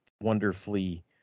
wonderfully